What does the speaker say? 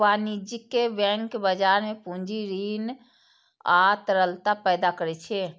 वाणिज्यिक बैंक बाजार मे पूंजी, ऋण आ तरलता पैदा करै छै